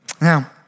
Now